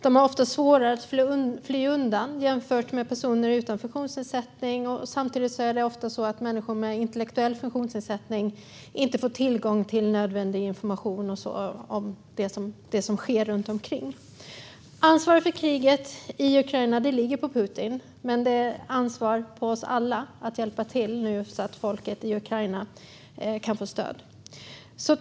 De har ofta svårare att fly undan jämfört med personer utan funktionsnedsättning, och samtidigt är det ofta så att människor med intellektuell funktionsnedsättning inte får tillgång till nödvändig information om det som sker runt omkring. Ansvaret för kriget i Ukraina ligger på Putin, men det vilar ett ansvar på oss alla att hjälpa till så att folket i Ukraina kan få stöd.